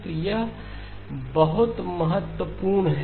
तो यह बहुत बहुत महत्वपूर्ण है